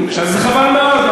זה חבל מאוד.